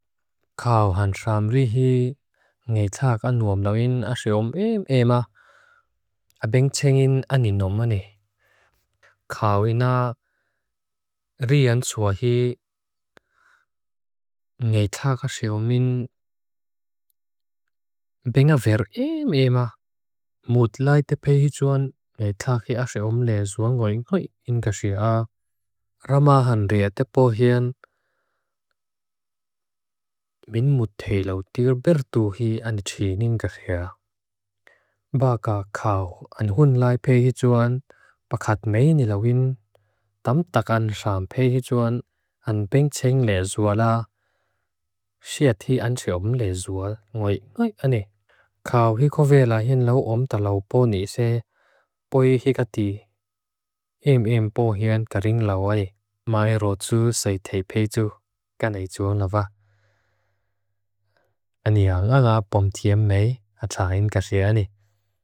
Kaohan xaamrihi ngeitak anuomlawin ashe om eem eema. A beng tsengin aninomane. Kaowina riansuahi ngeitak ashe omin benga ver eem eema. Mutlaite pehijuan, eitaki ashe om lezua ngoy ngoy ingaxia. Ramahan riate pohian, min mutheilautir bertuhi anichin ingaxia. Baka kaoh anhunlai pehijuan, pakatmei nilawin. Tamtakan xaam pehijuan, an beng tseng lezua la. Sieti anche om lezua ngoy ngoy ane. Kao hikovela hinlaw om talawpo nise boi hikati. Eem eem pohian karin law ane. Mai roju saite peju. Ganeijuan lava. Ania nga la bom tiem mei. Atahin kaxia ane.